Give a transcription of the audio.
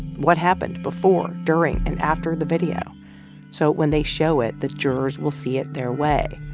what happened before, during and after the video so when they show it the jurors will see it their way.